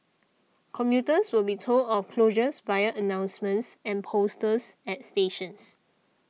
commuters will be told of the closures via announcements and posters at stations